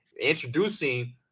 introducing